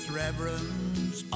reverence